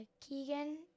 Keegan